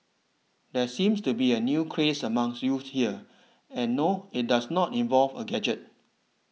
there seems to be a new craze among youths here and no it does not involve a gadget